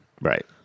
Right